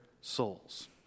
souls